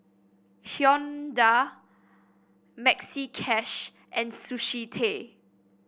Hyundai Maxi Cash and Sushi Tei